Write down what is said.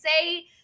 say